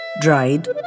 dried